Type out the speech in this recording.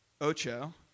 Ocho